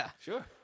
Sure